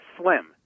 slim